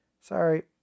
sorry